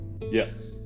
Yes